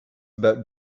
about